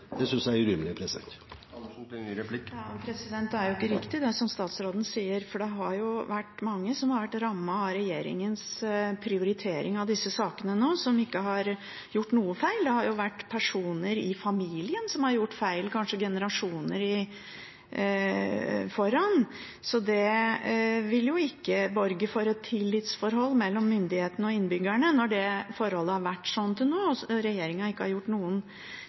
synes jeg er urimelig. Det er jo ikke riktig det som statsråden sier, for det er mange som har vært rammet av regjeringens prioritering av disse sakene nå, som ikke har gjort noe feil. Det har vært personer i familien som har gjort feil, kanskje generasjoner tidligere. Så det vil jo ikke borge for et tillitsforhold mellom myndighetene og innbyggerne, når det forholdet har vært sånn til nå, og regjeringen ikke har gjort noen